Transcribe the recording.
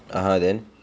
(uh huh) then